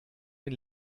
den